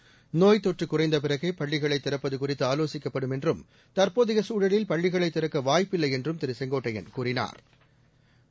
seconds நோய் தொற்று குறைந்த பிறகே பள்ளிகளை திறப்பது குறித்து ஆலோசிக்கப்படும் என்றும் தற்போதைய சூழலில் பள்ளிகளை திறக்க வாய்ப்பு இல்லை என்றும் திரு செங்கோட்டையன் கூறினாா்